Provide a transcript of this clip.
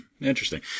interesting